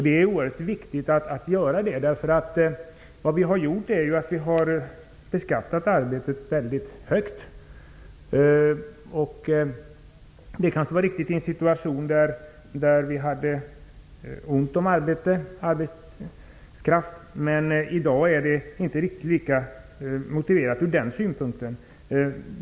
Det är oerhört viktigt att göra det. Vi har beskattat arbetet mycket högt. Det var kanske riktigt i en situation där vi hade ont om arbetskraft. I dag är det inte riktigt lika motiverat ur den synpunkten.